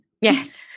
Yes